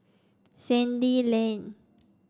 Sandy Lane